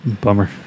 bummer